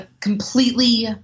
completely